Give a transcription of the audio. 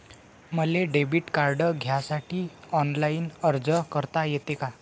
मले debit card घ्यासाठी online अर्ज करता येते का?